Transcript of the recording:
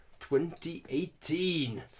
2018